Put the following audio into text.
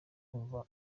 kumva